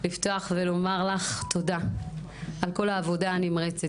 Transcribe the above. לפתוח ולומר לך תודה על כל העבודה הנמרצת.